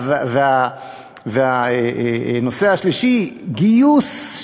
הנושא השלישי הוא גיוס.